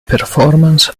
performance